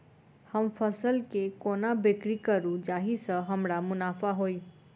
हम फसल केँ कोना बिक्री करू जाहि सँ हमरा मुनाफा होइ?